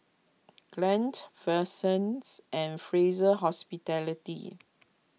Glade Versace and Fraser Hospitality